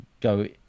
go